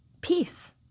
peace